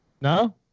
No